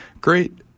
great